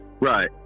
Right